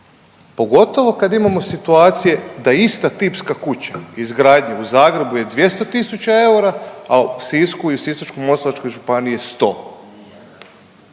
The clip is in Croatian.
Pogotovo kad imamo situacije da ista tipska kuća izgradnje u Zagrebu je 200 tisuća eura, a u Sisku i Sisačko-moslavačkoj županiji je 100.